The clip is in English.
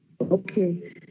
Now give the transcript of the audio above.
Okay